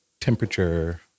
temperature